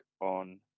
on